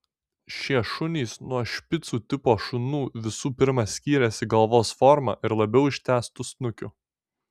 šie šunys nuo špicų tipo šunų visų pirma skyrėsi galvos forma ir labiau ištęstu snukiu